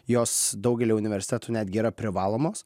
jos daugelio universitetų netgi yra privalomos